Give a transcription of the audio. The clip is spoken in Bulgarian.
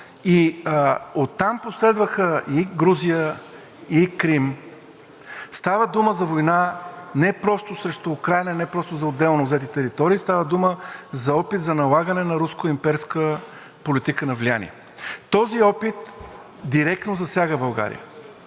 Оттам последваха и Грузия, и Крим. Става дума за война не просто срещу Украйна, не просто за отделно взети територии, а става дума за опит за налагане на руско-имперска политика на влияние. Този опит директно засяга България